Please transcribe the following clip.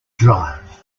drive